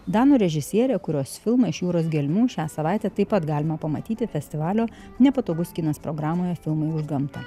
danų režisierė kurios filmą iš jūros gelmių šią savaitę taip pat galima pamatyti festivalio nepatogus kinas programoje filmai už gamtą